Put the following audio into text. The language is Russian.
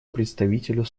представителю